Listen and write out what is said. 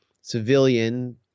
civilian